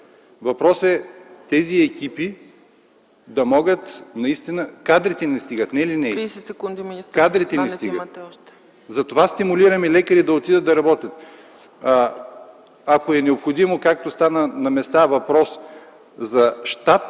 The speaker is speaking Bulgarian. Въпросът е тези екипи да могат наистина … Кадрите не стигат – не линейките. Кадрите не стигат, затова стимулираме лекарите, за да отидат да работят. Ако е необходимо, както на места стана въпрос за щат